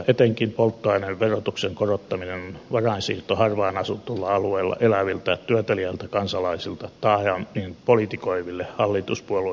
etenkin polttoaineverotuksen korottaminen on varainsiirto harvaan asutulla alueella eläviltä työteliäiltä kansalaisilta taajamiin politikoiville hallituspuolue